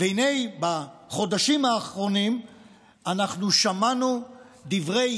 והינה בחודשים האחרונים אנחנו שמענו דברי